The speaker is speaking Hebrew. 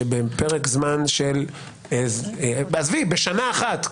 שבפרק זמן של שנה אחת,